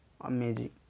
amazing